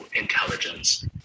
intelligence